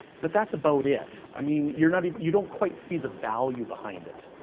but that's about it. i mean, you're not even, you don't quite see the value behind it.